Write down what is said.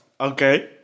okay